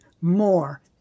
more